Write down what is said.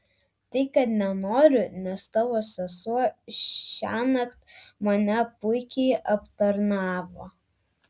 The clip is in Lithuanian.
tai kad nenoriu nes tavo sesuo šiąnakt mane puikiai aptarnavo